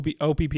opp